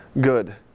good